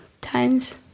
times